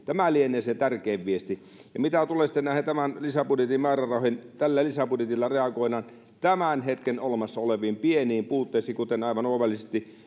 tämä lienee se tärkein viesti ja mitä tulee sitten näihin tämän lisäbudjetin määrärahoihin tällä lisäbudjetilla reagoidaan tämän hetken olemassa oleviin pieniin puutteisiin kuten aivan oivallisesti